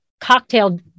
cocktail